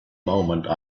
moment